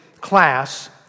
class